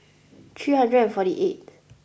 three hundred and forty eighth